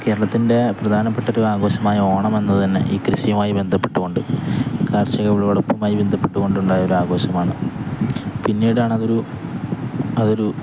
കേരളത്തിൻ്റെ പ്രധാനപ്പെട്ടൊരു ആഘോഷമായ ഓണമെന്നതു തന്നെ ഈ കൃഷിയുമായി ബന്ധപ്പെട്ടുകൊണ്ടു കാർഷിക വിളവടപ്പുമായി ബന്ധപ്പെട്ടു കൊണ്ടുണ്ടായ ഒരു ആഘോഷമാണ് പിന്നീടാണതൊരു അതൊരു